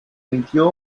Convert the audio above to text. emitió